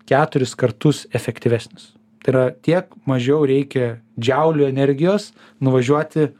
keturis kartus efektyvesnis tai yra tiek mažiau reikia džiaulių energijos nuvažiuoti